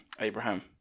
Abraham